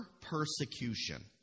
persecution